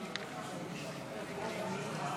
95 נתקבלו.